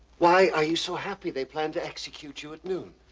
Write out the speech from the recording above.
why are you so happy? they plan to execute you at noon.